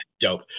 dope